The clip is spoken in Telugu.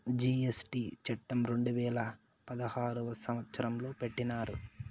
జీ.ఎస్.టీ చట్టం రెండు వేల పదహారు సంవత్సరంలో పెట్టినారు